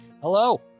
Hello